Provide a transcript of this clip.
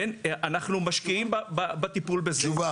אנחנו משקיעים בטיפול בזה,